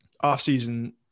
off-season